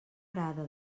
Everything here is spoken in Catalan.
arada